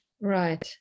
Right